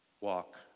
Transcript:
walk